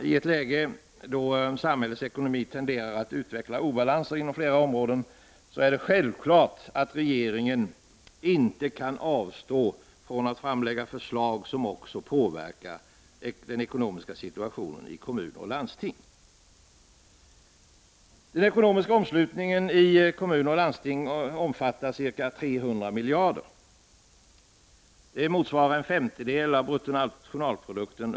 I ett läge då samhällets ekonomi tenderar att utveckla obalanser inom flera områden är det självklart att regeringen inte kan avstå från att framlägga förslag som också påverkar den ekonomiska situationen i kommuner och landsting. Den ekonomiska omslutningen i kommuner och landsting omfattar ca 300 miljarder. Det motsvarar en femtedel av bruttonationalprodukten.